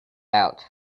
out